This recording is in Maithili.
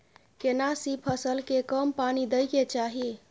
केना सी फसल के कम पानी दैय के चाही?